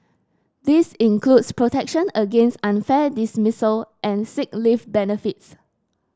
this includes protection against unfair dismissal and sick leave benefits